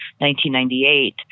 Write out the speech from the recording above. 1998